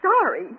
sorry